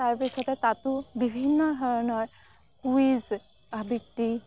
তাৰপিছতে তাতো বিভিন্ন ধৰণৰ কুইজ আবৃত্তি